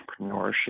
entrepreneurship